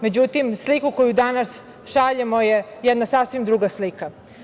Međutim, sliku koju danas šaljemo je jedna sasvim druga slika.